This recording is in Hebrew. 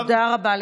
תודה רבה לך.